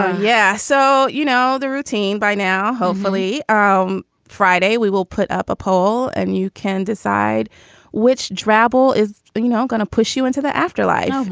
yeah so, you know, the routine by now, hopefully ah um friday we will put up a poll and you can decide which drabble is know gonna push you into the afterlife